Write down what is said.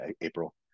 April